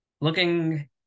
looking